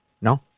No